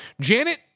Janet